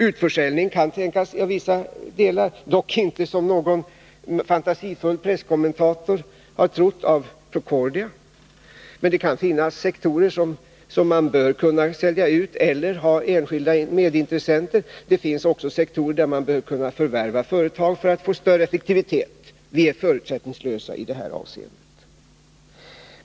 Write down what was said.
Utförsäljning av vissa delar kan tänkas, dock inte, som någon fantasifull presskommentator har trott, av Procordia. Men det kan finnas sektorer som man bör kunna sälja ut eller där man bör kunna ha enskilda medintressenter. Det finns också sektorer där man bör kunna förvärva företag för att få större effektivitet. Vi är förutsättningslösa i de avseendena.